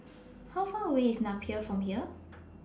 How Far away IS Napier from here